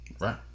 Right